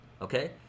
okay